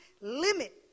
limit